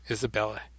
Isabella